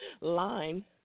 line